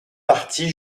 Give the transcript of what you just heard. partie